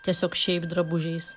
tiesiog šiaip drabužiais